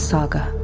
Saga